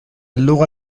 اللغة